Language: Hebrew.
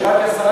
של חבר הכנסת,